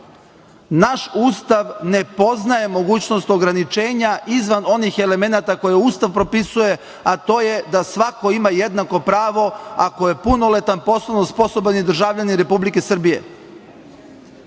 Naš Ustav ne poznaje mogućnost ograničenja izvan onih elemenata koje Ustav propisuje, a to je da svako ima jednako pravo ako je punoletan, poslovno sposoban i državljanin Republike